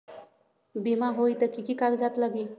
बिमा होई त कि की कागज़ात लगी?